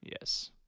Yes